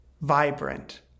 vibrant